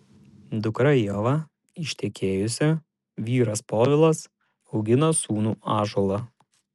dukra ieva ištekėjusi vyras povilas augina sūnų ąžuolą